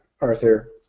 Arthur